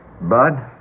Bud